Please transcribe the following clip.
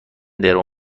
درو